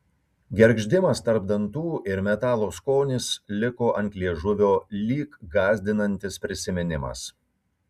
gergždimas tarp dantų ir metalo skonis liko ant liežuvio lyg gąsdinantis prisiminimas